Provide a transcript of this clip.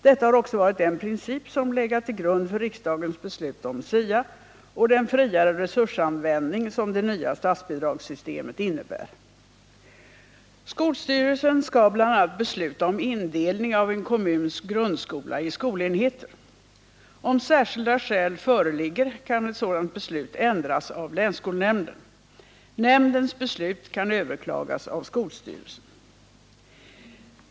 Detta har också varit en princip som legat till grund för riksdagens beslut om SIA och den friare resursanvändning som det nya statsbidragssystemet innebär. Skolstyrelsen skall bl.a. besluta om indelning av en kommuns grundskola i skolenheter. Om särskilda skäl föreligger kan ett sådant beslut ändras av länsskolnämnden. Nämndens beslut kan överklagas av skolstyrelsen.